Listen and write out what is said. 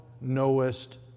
knowest